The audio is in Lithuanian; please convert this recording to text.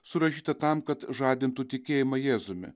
surašyta tam kad žadintų tikėjimą jėzumi